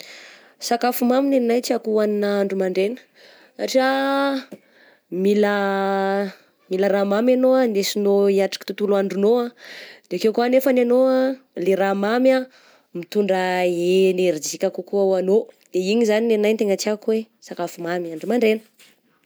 Sakafo mamy nenahy ny tiako hohagnina andro mandraigna satria ah mila mila raha mamy anao andesinao hiatrika ny tontolo andronao ah, de akeo ko nefany anao ah ,le raha mamy ah mitondra enerjika kokoa ho anao, de igny zany nenahy no tegna tiako hoe sakafo mamy andro mandraigna.